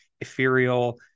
ethereal